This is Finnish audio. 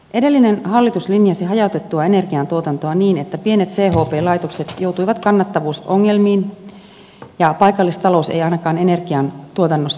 edellinen hallitus linjasi hajautettua energiantuotantoa niin että pienet chp laitokset joutuivat kannattavuusongelmiin ja paikallistalous ei ainakaan energiantuotannossa edisty